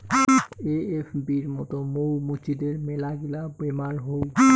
এ.এফ.বির মত মৌ মুচিদের মেলাগিলা বেমার হউ